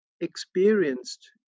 experienced